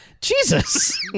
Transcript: Jesus